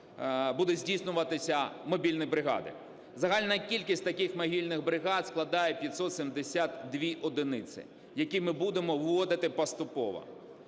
буде здійснюватись мобільними бригадами. Загальна кількість таких мобільних бригад складає 572 одиниці, які ми будемо вводити поступово,